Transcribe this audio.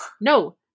No